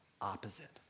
opposite